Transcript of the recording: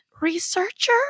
researcher